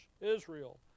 Israel